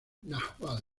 náhuatl